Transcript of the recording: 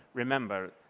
remember,